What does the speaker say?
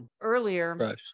earlier